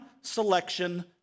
Selection